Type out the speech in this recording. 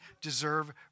deserve